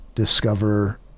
discover